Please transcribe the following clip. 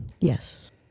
Yes